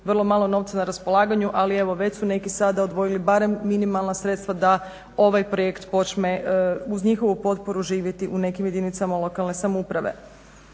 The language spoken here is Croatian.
vrlo malo novca na raspolaganju ali evo već su neki sada odvojili barem minimalna sredstva da ovaj projekt počne uz njihovu potporu živjeti u nekim jedinicama lokalne samouprave.